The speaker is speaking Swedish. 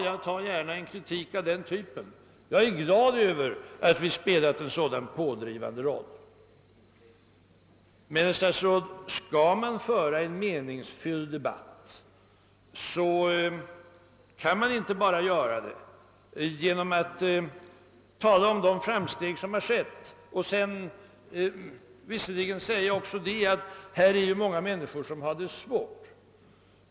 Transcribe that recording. Jag tar gärna en kritik av detta slag; jag är glad över att vi spelat en sådan pådrivande roll. Men skall man föra en meningsfylld debatt, herr statsråd, kan man inte göra det bara genom att tala om de framsteg som gjorts och tillägga att det också finns många människor som har det svårt.